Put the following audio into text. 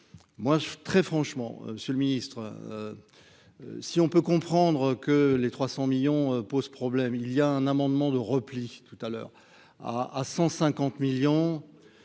moi très franchement, monsieur le ministre, si on peut comprendre que les 300 millions pose problème : il y a un amendement de repli tout à l'heure à à 150 millions